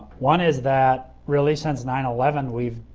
one is that really since nine eleven we've